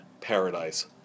Paradise